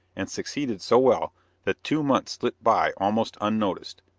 and succeeded so well that two months slipped by almost unnoticed,